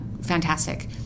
fantastic